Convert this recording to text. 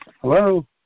Hello